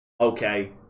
okay